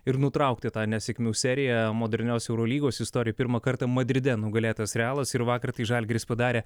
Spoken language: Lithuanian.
ir nutraukti tą nesėkmių seriją modernios eurolygos istorijoj pirmą kartą madride nugalėtas realas ir vakar tai žalgiris padarė